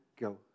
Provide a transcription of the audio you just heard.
Go